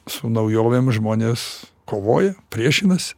su naujovėm žmonės kovoja priešinasi